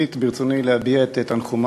בראשית דברי ברצוני להביע את תנחומי,